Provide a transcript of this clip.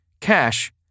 Cash